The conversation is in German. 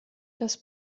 das